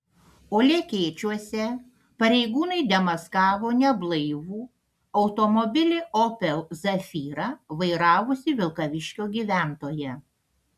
o lekėčiuose pareigūnai demaskavo neblaivų automobilį opel zafira vairavusį vilkaviškio gyventoją